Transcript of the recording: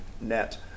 Net